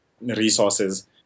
resources